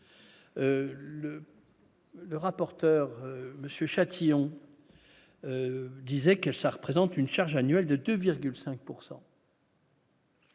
le rapporteur monsieur Châtillon disait que ça représente une charge annuelle de 2,5